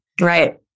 Right